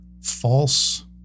false